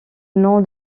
nom